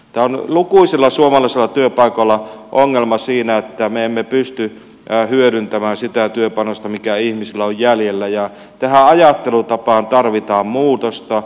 tämä on lukuisilla suomalaisilla työpaikoilla ongelma siinä että me emme pysty hyödyntämään sitä työpanosta mikä ihmisellä on jäljellä ja tähän ajattelutapaan tarvitaan muutosta